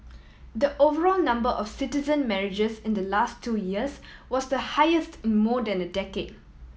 the overall number of citizen marriages in the last two years was the highest in more than a decade